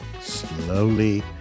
slowly